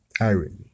Irony